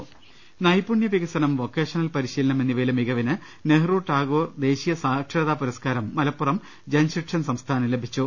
ട നൈപുണ്യവികസനം വൊക്കേഷണൽ പരിശീലനം എന്നിവയിലെ മികവിന് നെഹ്റു ടാഗോർ ദേശീയസാക്ഷരതാ പുരസ്കാരം മലപ്പുറം ജൻശിക്ഷൺ സൻസ്ഥാന് ലഭിച്ചു